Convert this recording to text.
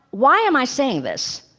why am i saying this?